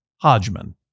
Hodgman